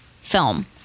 film